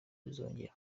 bizongera